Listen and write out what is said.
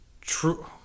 true